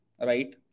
right